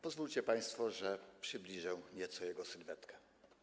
Pozwólcie państwo, że przybliżę nieco jego sylwetkę.